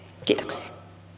kiitoksia